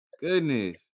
Goodness